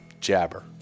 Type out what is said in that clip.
jabber